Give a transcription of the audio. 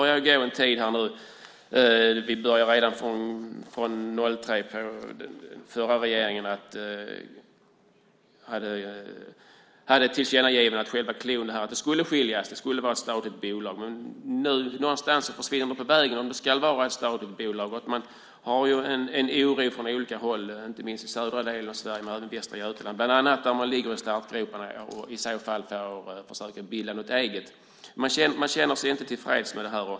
Redan 2003 gjorde vi ett tillkännagivande till den förra regeringen om att de skulle skiljas åt, att det skulle finnas ett statligt bolag. Någonstans på vägen har frågan om det ska vara ett statligt bolag försvunnit. Det finns en oro på olika håll, inte minst i den södra delen av Sverige, framför allt Västra Götaland. Man ligger i startgroparna för att i så fall försöka bilda något eget. Man känner sig inte tillfreds med detta.